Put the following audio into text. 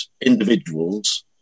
individuals